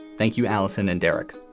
thank you, alison and derek.